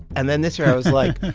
and then this year, i was like,